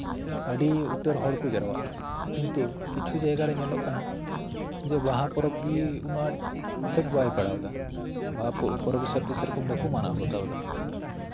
ᱟᱹᱰᱤ ᱩᱛᱟᱹᱨ ᱦᱚᱲ ᱠᱚ ᱡᱟᱣᱨᱟᱜᱼᱟ ᱠᱤᱱᱛᱩ ᱠᱤᱪᱷᱩ ᱡᱟᱭᱜᱟ ᱨᱮ ᱧᱮᱞᱚᱜ ᱠᱟᱱᱟ ᱡᱮ ᱵᱟᱦᱟ ᱯᱚᱨᱚᱵ ᱜᱮ ᱩᱱᱟᱜ ᱟᱸᱴ ᱤᱯᱷᱮᱠᱴ ᱵᱟᱭ ᱯᱟᱲᱟᱣ ᱮᱫᱟ ᱵᱟᱦᱟ ᱯᱚᱨᱚᱵᱽ ᱥᱮᱼᱨᱚᱠᱚᱢ ᱵᱟᱠᱚ ᱢᱟᱱᱟᱣ ᱵᱟᱛᱟᱣ ᱮᱫᱟ